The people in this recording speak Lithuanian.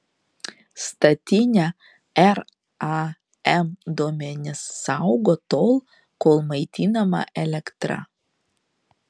statinė ram duomenis saugo tol kol maitinama elektra